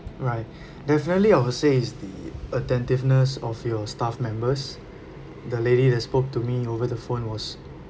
right definitely I will say is the attentiveness of your staff members the lady that spoke to me over the phone was